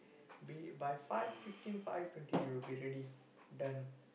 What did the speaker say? be by five fifteen five twenty you will be ready done